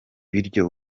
buryo